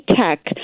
tech